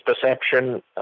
perception